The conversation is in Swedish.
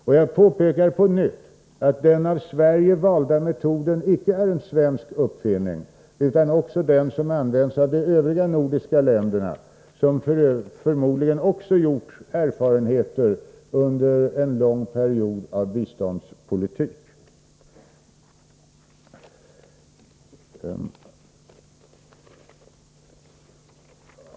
Jag vill erinra om att den av Sverige valda metoden inte är en svensk uppfinning. Den används också av övriga nordiska länder, som förmodligen har gjort samma erfarenheter under en lång period av biståndspolitik.